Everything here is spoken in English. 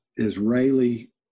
israeli